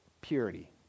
purity